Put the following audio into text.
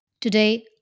Today